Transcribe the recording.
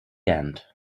end